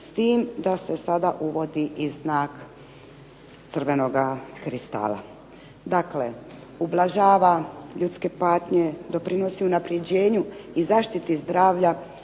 s tim da se sada uvodi i znak crvenoga kristala. Dakle, ublažava ljudske patnje, doprinosi unapređenju i zaštiti zdravlja,